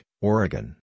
Oregon